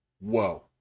whoa